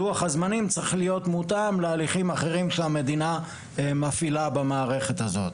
לוח הזמנים צריך להיות מותאם להליכים אחרים שהמדינה מפעילה במערכת הזאת.